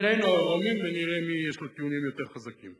שנינו עירומים, ונראה למי יש טיעונים יותר חזקים.